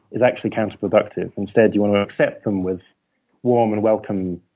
is actually counterproductive. instead, you want offset them with warm and welcome